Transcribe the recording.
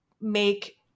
make